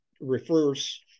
refers